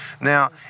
Now